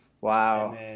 Wow